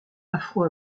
afro